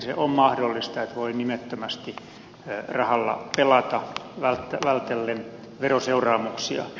miten on mahdollista että voi nimettömästi rahalla pelata vältellen veroseuraamuksia